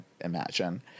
imagine